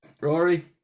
Rory